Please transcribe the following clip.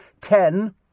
Ten